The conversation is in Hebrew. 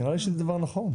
נראה לי שזה דבר נכון.